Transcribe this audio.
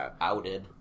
outed